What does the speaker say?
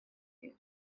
view